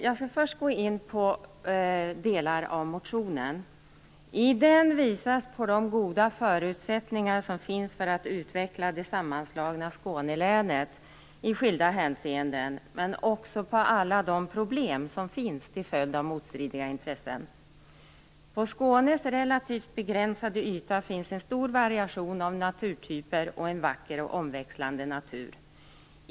Jag skall först gå in på delar av motionen. I motionen visas på de goda förutsättningar som finns för att utveckla det sammanslagna Skånelänet i skilda hänseenden, men också på alla de problem som finns till följd av motstridiga intressen. På Skånes relativt begränsade yta finns en stor variation av naturtyper och en vacker och omväxlande natur.